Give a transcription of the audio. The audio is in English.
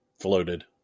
floated